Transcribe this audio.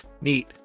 Neat